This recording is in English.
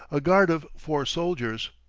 a guard of four soldiers.